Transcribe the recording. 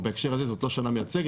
כמו בהקשר הזה זו לא שנה מייצגת,